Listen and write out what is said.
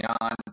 on